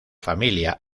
familia